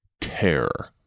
Terror